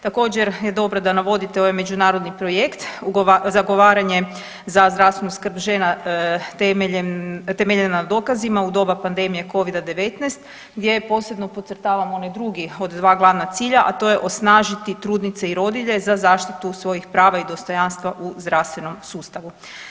Također je dobro da navodite ovaj međunarodni projekt zagovaranje za zdravstvenu skrb žena temeljeno na dokazima u doba pandemije covida-19 gdje je posebno podcrtavan onaj drugi od dva glavna cilja, a to je osnažiti trudnice i rodilje za zaštitu svojih prava i dostojanstva u zdravstvenom sustavu.